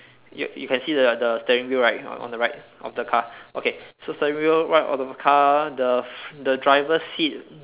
you you can see the the steering wheel right on the right of the car okay so steering wheel right of the car the the driver's seat